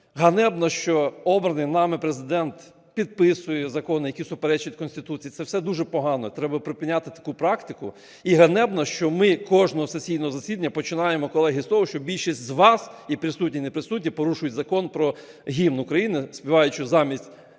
ганебно, що обраний нами Президент підписує закони, які суперечать Конституції, це все дуже погано, треба припиняти таку практику. І ганебно, що ми кожного сесійного засідання починаємо, колеги, з того, що більшість з вас, і присутні, і неприсутні, порушують Закон про Гімн України, співаючи замість